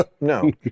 no